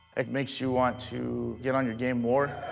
it makes you want to get on your game more.